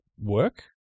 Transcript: work